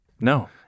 no